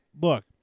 Look